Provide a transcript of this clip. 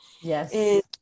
yes